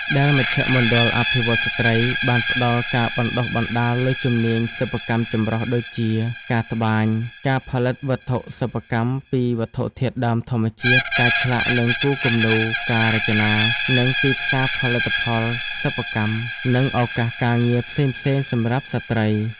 ដែល មជ្ឈមណ្ឌលអភិវឌ្ឍន៍ស្ត្រី បានផ្តល់ការបណ្តុះបណ្តាលលើជំនាញសិប្បកម្មចម្រុះដូចជា ការត្បាញ ការផលិតវត្ថុសិប្បកម្មពីវត្ថុធាតុដើមធម្មជាតិ ការឆ្លាក់ និងគូរគំនូរ ការរចនា និងទីផ្សារផលិតផលសិប្បកម្ម និងឱកាសការងារផ្សេងៗសម្រាប់ស្រ្តី។